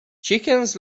chickens